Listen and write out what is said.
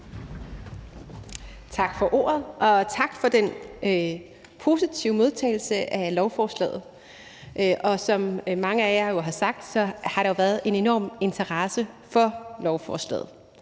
Tak for ordet, og tak for den positive modtagelse af lovforslaget. Som mange af jer har sagt, har der jo været en enorm interesse for lovforslaget